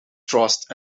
trust